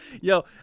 Yo